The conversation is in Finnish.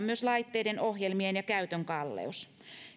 myös laitteiden ohjelmien ja käytön kalleus